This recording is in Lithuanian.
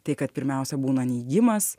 tai kad pirmiausia būna neigimas